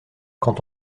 quand